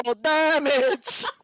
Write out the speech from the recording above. damage